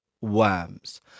worms